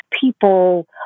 people